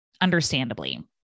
understandably